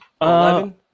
Eleven